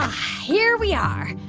here we are.